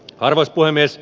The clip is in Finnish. arvoisa puhemies